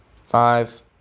Five